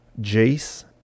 Jace